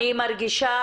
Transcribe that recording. אני מרגישה,